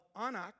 Anak